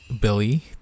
Billy